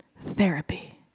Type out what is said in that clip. therapy